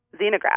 xenograft